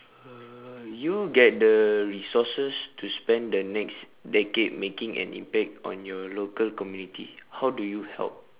uh you get the resources to spend the next decade making an impact on your local community how do you help